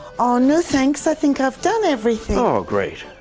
ah, no thanks. i think i've done everything. ah, great.